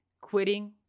quitting